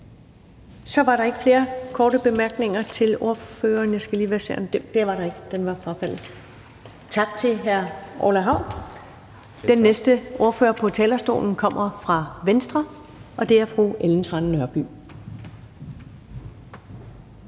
Så var der ikke flere korte bemærkninger til ordføreren. Tak til hr. Orla Hav. Den næste ordfører på talerstolen kommer fra Venstre, og det er fru Ellen Trane Nørby.